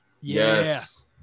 Yes